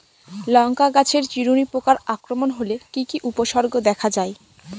লঙ্কা গাছের চিরুনি পোকার আক্রমণ হলে কি কি উপসর্গ দেখা যায়?